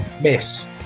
miss